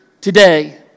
today